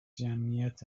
جمعیت